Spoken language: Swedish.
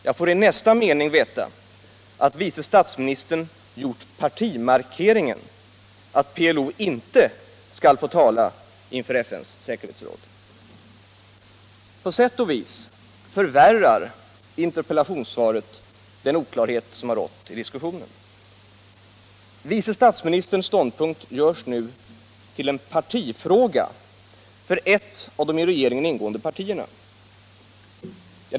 Jag får i nästa mening veta att vice statsministern gjort partimarkeringen, att PLO inte skall få tala inför FN:s säkerhetsråd. På sätt och vis förvärrar interpellationssvaret den oklarhet som har rått i diskussionen. Vice statsministerns ståndpunkt görs nu till en partifråga för ett av de i regeringen ingående partierna.